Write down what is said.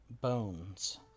bones